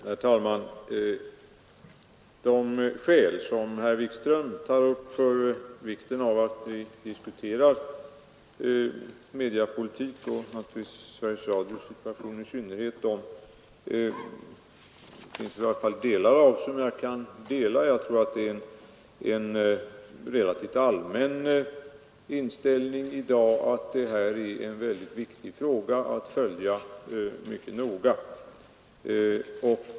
Herr talman! De skäl som herr Wikström tar upp för vikten av att vi diskuterar mediapolitik och naturligtvis Sveriges Radios situation i synnerhet kan jag i varje fall delvis ansluta mig till. Jag tror att denna inställning är relativt allmän i dag och att det här är en mycket viktig fråga som bör följas mycket noga.